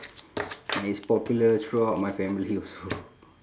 and it's popular throughout my family also